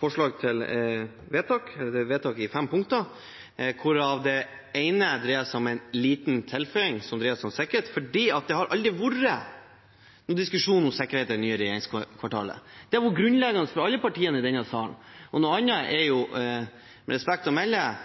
forslag til vedtak. Det er et vedtak i fem punkter, hvorav det ene dreier seg om en liten tilføying som dreier seg om sikkerhet, fordi det aldri har vært noen diskusjon om sikkerheten i det nye regjeringskvartalet. Det har vært grunnleggende for alle partiene i denne salen, og noe annet er jo – med respekt å melde